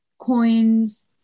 coins